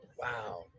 wow